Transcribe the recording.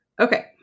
Okay